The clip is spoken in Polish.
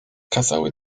kazały